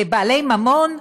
לבעלי ממון?